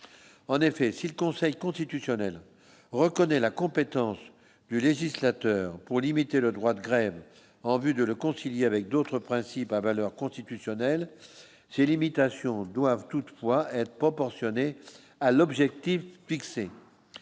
en effet, si le Conseil constitutionnel reconnaît la compétence du législateur pour limiter le droit de grève en vue de le concilier avec d'autres principes à valeur constitutionnelle, ces limitations doivent toutefois être proportionnée à l'objectif fixé